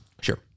Sure